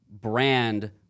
brand